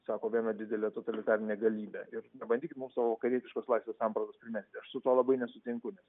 sako viena didelė totalitarinė galybė ir nebandykit mums savo vakarietiškos sampratos nes aš su tuo labai nesutinku nes